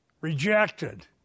rejected